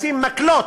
לשים מקלות.